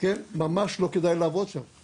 אבל אם אני מסתכל בסך הכל על הנטו --- בחישוב